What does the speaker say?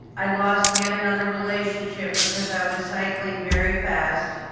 i lost yet another relationship because i was cycling very fast,